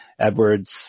Edwards